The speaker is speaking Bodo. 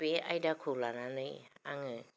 बे आयदाखौ लानानै आङो